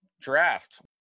draft